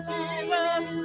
Jesus